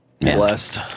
Blessed